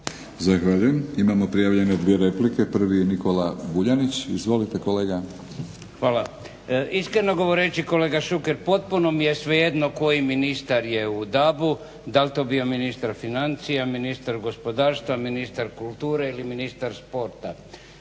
Zahvaljujem. Imamo prijavljene dvije replike, prvi je Nikola Vuljanić. Izvolite kolega. **Vuljanić, Nikola (Hrvatski laburisti - Stranka rada)** Hvala. Iskreno govoreći kolega Šuker potpuno mi je svejedno koji ministar je u DAB-u. dal to bio ministar financija, ministar gospodarstva, ministar kulture ili ministar sporta